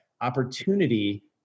opportunity